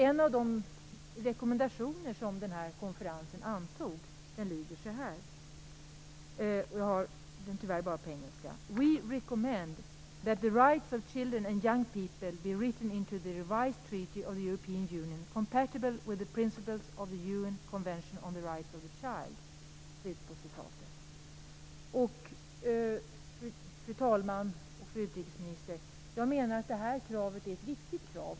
En av de rekommendationer som denna konferens antog lyder så här - jag har tyvärr bara den engelska texten: "We recommend that the rights of children and young people be written into the revised Treaty of the European Union compatible with the principles of the UN Convention on the Rights of the Child." Fru talman och fru utrikesminister! Jag anser att detta krav är ett viktigt krav.